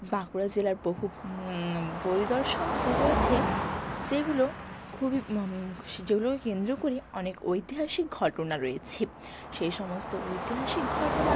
বাঁকুড়া জেলার বহু পরিদর্শন পো রয়েছে যেগুলো খুবই যেগুলোকে কেন্দ্র করে অনেক ঐতিহাসিক ঘটনা রয়েছে সেই সমস্ত ঐতিহাসিক ঘটনা